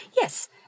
Yes